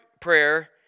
prayer